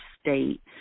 state